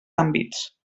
àmbits